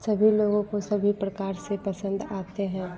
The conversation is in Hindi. सभी लोगों को सभी प्रकार से पसंद आते हैं